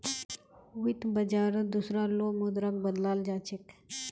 वित्त बाजारत दुसरा लो मुद्राक बदलाल जा छेक